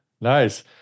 Nice